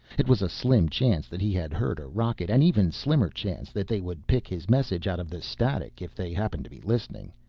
it was a slim chance that he had heard a rocket, and even slimmer chance that they would pick his message out of the static if they happened to be listening.